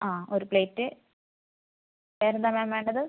അതെ ഒരു പ്ലേറ്റ് വേറെന്താണ് മാം വേണ്ടത്